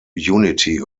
unity